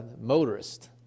motorist